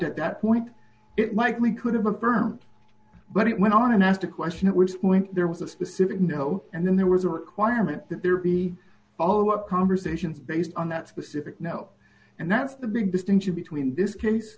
at that point it mike lee could have affirmed but it went on and asked a question at which point there was a specific no and then there was a requirement that there be follow up conversation based on that specific no and that's the big distinction between this case